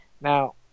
Now